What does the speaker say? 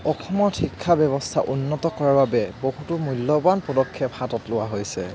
অসমত শিক্ষা ব্যৱস্থা উন্নত কৰাৰ বাবে বহুতো মূল্যৱান পদক্ষেপ হাতত লোৱা হৈছে